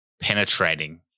penetrating